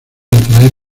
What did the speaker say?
atraer